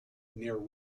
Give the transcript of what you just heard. near